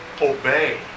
obey